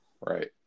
Right